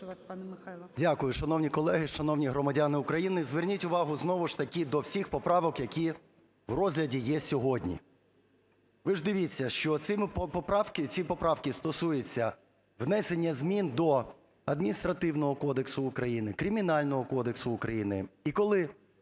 Дякую. Шановні колеги, шановні громадяни України! Зверніть увагу знову ж таки до всіх поправок, які в розгляді є сьогодні. Ви ж дивіться, що ці поправки стосуються внесення змін до Адміністративного кодексу України, Кримінального кодексу України,